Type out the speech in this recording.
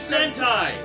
Sentai